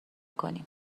کنیم